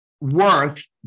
worth